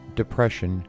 depression